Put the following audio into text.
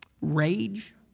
rage